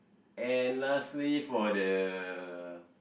and lastly for the